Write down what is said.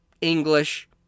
English